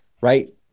right